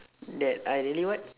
that I really what